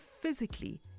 physically